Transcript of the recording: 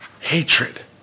hatred